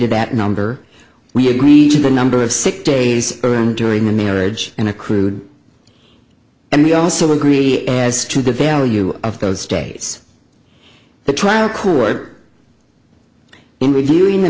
to that number we agree to the number of sick days earned during the marriage and accrued and we also agree as to the value of those days the trial court in reviewing the